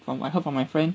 from I heard from my friend